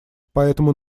поэтому